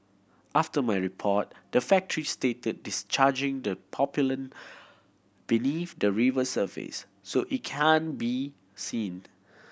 after my report the factory stated discharging the pollutant believe the river surface so it can't be seen